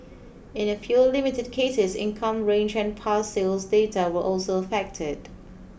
in a few limited cases income range and past sales data were also affected